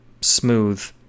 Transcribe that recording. smooth